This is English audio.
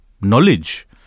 knowledge